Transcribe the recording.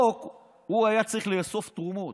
הוא היה צריך לאסוף תרומות,